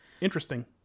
Interesting